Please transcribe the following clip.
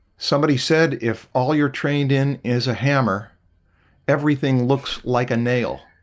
somebody said if all you're trained in is a hammer everything looks like a nail